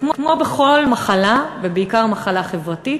וכמו בכל מחלה, ובעיקר מחלה חברתית,